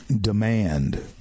demand